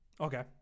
Okay